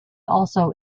also